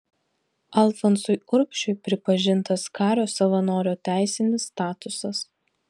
alfonsui urbšiui pripažintas kario savanorio teisinis statusas